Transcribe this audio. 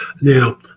Now